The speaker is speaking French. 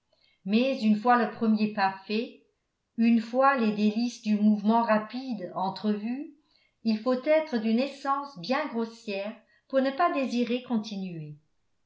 mais une fois le premier pas fait une fois les délices du mouvement rapide entrevues il faut être d'une essence bien grossière pour ne pas désirer continuer